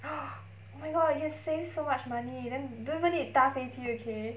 !huh! oh my god you save so much money then don't even need to 搭飞机 okay